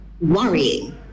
worrying